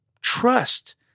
trust